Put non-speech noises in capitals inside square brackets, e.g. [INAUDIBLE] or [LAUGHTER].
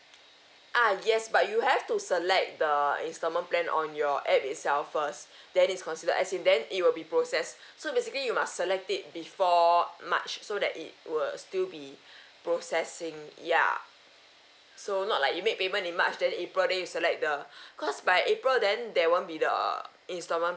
ah yes but you have to select the installment plan on your app itself first [BREATH] then is considered as in then it will be processed so basically you must select it before march so that it will still be processing ya so not like you make payment in march then april then you select the [BREATH] because by april then there won't be the installment